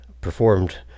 performed